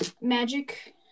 magic